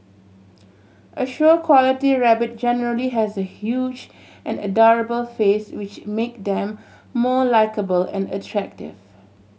a show quality rabbit generally has a huge and adorable face which make them more likeable and attractive